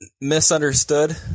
misunderstood